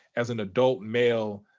as an adult male,